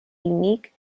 unique